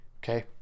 Okay